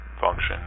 function